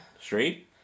Straight